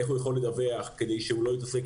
איך הוא יכול לדווח כדי שהוא לא יתעסק